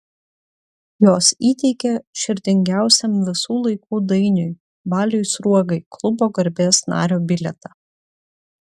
jos įteikė širdingiausiam visų laikų dainiui baliui sruogai klubo garbės nario bilietą